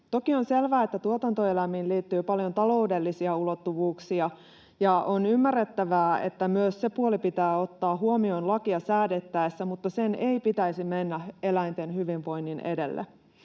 Toki on selvää, että tuotantoeläimiin liittyy paljon taloudellisia ulottuvuuksia, ja on ymmärrettävää, että myös se puoli pitää ottaa huomioon lakia säädettäessä, mutta sen ei pitäisi mennä eläinten hyvinvoinnin edelle.